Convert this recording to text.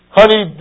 honey